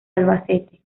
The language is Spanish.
albacete